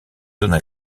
zones